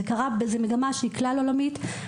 זו מגמה שהיא כלל עולמית.